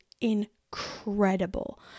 incredible